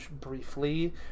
briefly